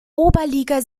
oberliga